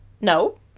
No